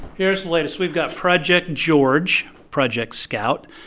here is the latest. we've got project george, project scout,